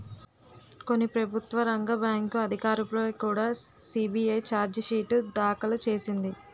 కొన్ని ప్రభుత్వ రంగ బ్యాంకు అధికారులపై కుడా సి.బి.ఐ చార్జి షీటు దాఖలు చేసింది